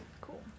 Cool